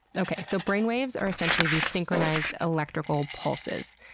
okay, so brain waves are essentially these synchronized electrical pulses.